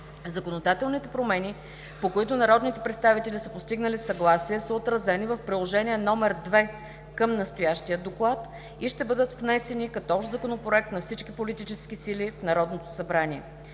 Законодателните промени, по които народните представители са постигнали съгласие, са отразени в Приложение № 2 към настоящия доклад и ще бъдат внесени като общ Законопроект на всички политически сили в Народното събрание.